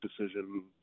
decision